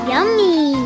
Yummy